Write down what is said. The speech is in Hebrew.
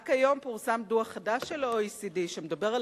רק היום פורסם דוח חדש של ה-OECD שמדבר על